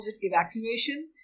evacuation